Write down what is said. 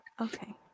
Okay